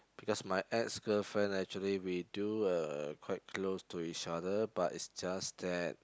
because my ex-girlfriend actually we do uh quite close to each other but it's just that